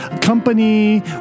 company